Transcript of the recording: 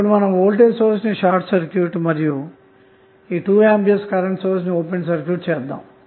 ఇప్పుడు మనం వోల్టేజ్సోర్స్ ని షార్ట్ సర్క్యూట్ మరియు 2A కరెంటు సోర్స్ ను ఓపెన్ సర్క్యూట్ చేద్దాము